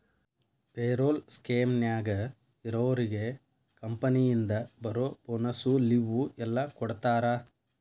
payroll ಸ್ಕೇಮ್ನ್ಯಾಗ ಇರೋರ್ಗೆ ಕಂಪನಿಯಿಂದ ಬರೋ ಬೋನಸ್ಸು ಲಿವ್ವು ಎಲ್ಲಾ ಕೊಡ್ತಾರಾ